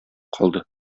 калды